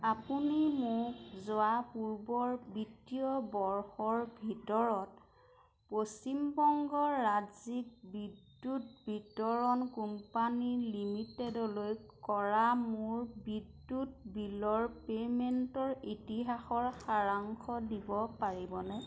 আপুনি মোক যোৱা পূৰ্বৰ বিত্তীয় বৰ্ষৰ ভিতৰত পশ্চিম বংগ ৰাজ্যিক বিদ্যুৎ বিতৰণ কোম্পানী লিমিটেডলৈ কৰা মোৰ বিদ্যুৎ বিলৰ পে'মেণ্টৰ ইতিহাসৰ সাৰাংশ দিব পাৰিবনে